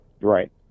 right